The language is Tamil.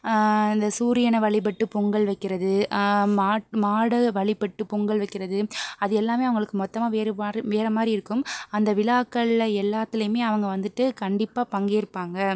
இந்த சூரியனை வழிபட்டு பொங்கல் வைக்கிறது மாடு வழிபட்டு பொங்கல் வைக்கிறது அது எல்லாமே அவங்களுக்கு மொத்தமாக வேறப்பாடு வேறு மாதிரி இருக்கும் அந்த விழாக்களில் எல்லாத்துலையுமே அவங்க வந்துவிட்டு கண்டிப்பாக பங்கேற்பாங்க